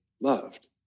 loved